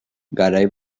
garai